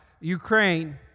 Ukraine